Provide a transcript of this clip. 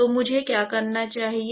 तो मुझे क्या करना चाहिए